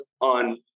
on